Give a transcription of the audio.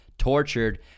tortured